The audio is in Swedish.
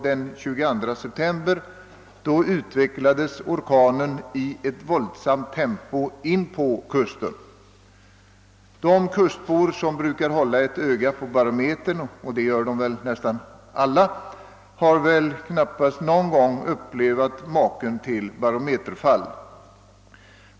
Den 22 september utvecklades orkanen i ett våldsamt tempo nära inpå kusten. De kustbor som brukar hålla ett öga på barometern — det gör de väl nästan alla — har knappast någon gång upplevt maken till barometerfall.